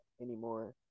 anymore